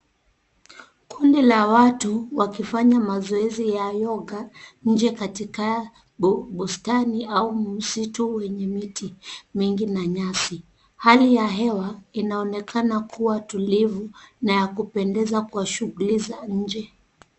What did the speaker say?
Kundi la watu wakifanya mazoezi ya yoga nje katika bustani au msitu wenye miti mingi na nyasi. Hali ya hewa inaonekana kuwa tulivu na ya kupendeza kwa shughuli za nje.